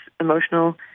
emotional